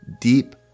deep